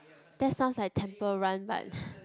that sounds like temple run but